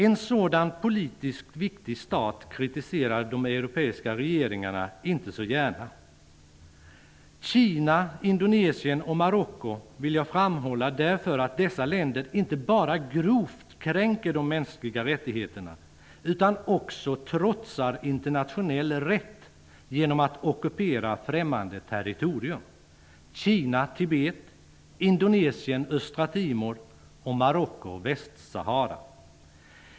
En sådan politiskt viktig stat kritiserar de europeiska regeringarna inte så gärna. Kina, Indonesien och Marocko vill jag framhålla därför att dessa länder inte bara grovt kränker de mänskliga rättigheterna utan också trotsar internationell rätt genom att ockupera främmande territorium: Kina ockuperar Tibet, Indonesien ockuperar Östra Timor och Marocko ockuperar Västsahara.